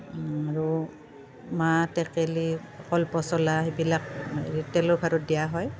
আৰু মাহ টেকেলী কল পচলা সেইবিলাক তেলৰ ভাৰত দিয়া হয়